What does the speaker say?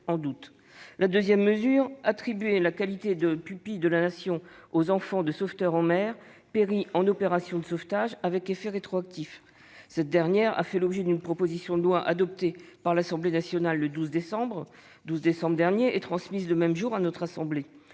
La deuxième mesure est l'attribution de la qualité de pupille de la Nation aux enfants de sauveteurs en mer péris lors d'opérations de sauvetage, avec effet rétroactif. Cette disposition a fait l'objet d'une proposition de loi adoptée par l'Assemblée nationale le 12 décembre dernier et transmise le même jour à notre assemblée.